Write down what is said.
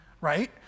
right